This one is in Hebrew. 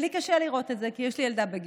קשה לראות את זה, כי יש לי ילדה בגילו.